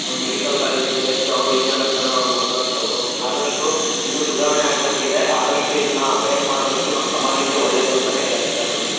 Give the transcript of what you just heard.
ಒಂದು ಮೆಡಿಕಲ್ ಕಾಲೇಜಿಗೆ ಸೇರಿಸಿ ಅವ್ರ ವಿದ್ಯಾಭ್ಯಾಸವನ್ನು ಅವ್ರು ಮುಂದುವರಿಸ್ಬೋದು ಆದಷ್ಟು ಇನ್ನೂ ಸುಧಾರಣೆ ಆಗಬೇಕಿದೆ ಆದಷ್ಟು ಇದನ್ನು ಬೇಗ ಮಾಡಿದಷ್ಟು ನಮ್ಮ ಸಮಾಜಕ್ಕೆ ಒಳ್ಳೇದು ಅಂತಲೇ ಹೇಳೋಕೆ ಇಷ್ಟಪಡ್ತೀನಿ